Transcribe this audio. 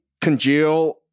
congeal